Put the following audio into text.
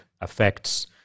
affects